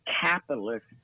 capitalist